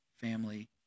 family